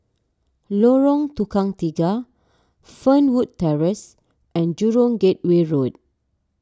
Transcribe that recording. Lorong Tukang Tiga Fernwood Terrace and Jurong Gateway Road